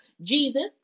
Jesus